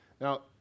Now